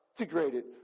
integrated